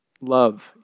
Love